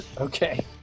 Okay